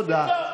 תודה.